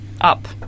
up